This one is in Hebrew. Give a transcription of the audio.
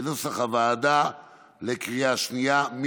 כנוסח הוועדה לקריאה שנייה.